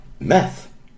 meth